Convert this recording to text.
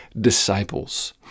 disciples